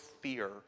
fear